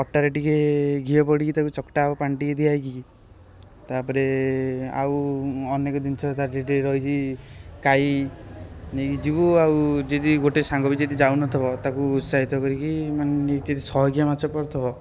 ଅଟାରେ ଟିକିଏ ଘିଅ ପଡ଼ିକି ତାକୁ ଚକଟା ହେବ ପାଣି ଟିକିଏ ଦିଆହେଇକି ତା'ପରେ ଆଉ ଅନେକ ଜିନିଷ ତାର ଟିକିଏ ଟିକିଏ ରହିଛି କାଇ ନେଇକି ଯିବୁ ଆଉ ଯେଦି ଗୋଟେ ସାଙ୍ଗ ବି ଯଦି ଯାଉନଥବ ତାକୁ ଉତ୍ସାହିତ କରିକି ମାନେ ନେଇ ଯଦି ସହଜିଆ ମାଛ ପଡ଼ୁଥିବ